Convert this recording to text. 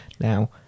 Now